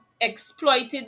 exploited